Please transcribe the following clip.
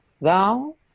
Thou